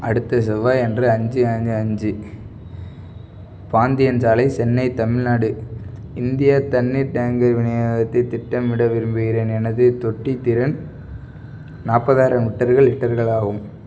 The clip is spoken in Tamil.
அடுத்த செவ்வாய் அன்று அஞ்சு அஞ்சு அஞ்சு பாந்தியன் சாலை சென்னை தமிழ்நாடு இந்தியா தண்ணீர் டேங்கர் விநியோகத்தை திட்டமிட விரும்புகிறேன் எனது தொட்டித் திறன் நாற்பதாயிரம் லிட்டர்கள் லிட்டர்கள் ஆகும்